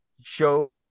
Show